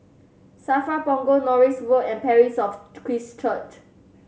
SAFRA Punggol Norris Road and Parish of Christ Church